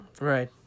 Right